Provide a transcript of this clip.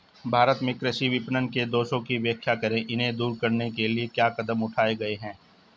भारत में कृषि विपणन के दोषों की व्याख्या करें इन्हें दूर करने के लिए क्या कदम उठाए गए हैं?